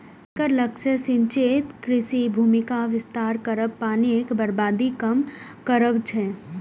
एकर लक्ष्य सिंचित कृषि भूमिक विस्तार करब, पानिक बर्बादी कम करब छै